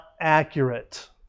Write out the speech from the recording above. accurate